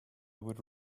would